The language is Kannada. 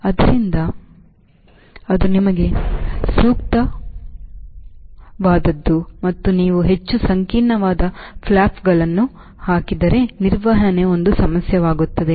ಆದ್ದರಿಂದ ಅದು ನಿಮಗೆ ಸೂಕ್ತವಾದುದು ಮತ್ತು ನೀವು ಹೆಚ್ಚು ಸಂಕೀರ್ಣವಾದ ಫ್ಲಾಪ್ಗಳನ್ನು ಹಾಕಿದರೆ ನಿರ್ವಹಣೆ ಒಂದು ಸಮಸ್ಯೆಯಾಗುತ್ತದೆ